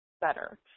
better